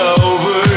over